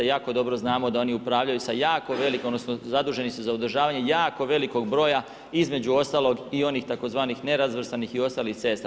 Jako dobro znamo da oni upravljaju sa jako velikom, odnosno zaduženi su za održavanje jako velikog broja, između ostalog i onih tzv. nerazvrstanih i ostalih cesta.